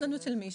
מישהו,